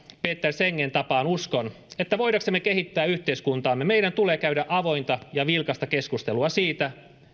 peter sengen tapaan uskon että voidaksemme kehittää yhteiskuntaamme meidän tulee käydä avointa ja vilkasta keskustelua siitä